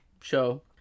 show